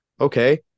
Okay